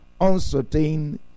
uncertain